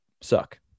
suck